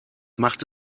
macht